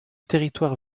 territoire